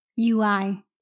UI